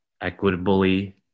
equitably